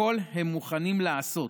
הכול הם מוכנים לעשות,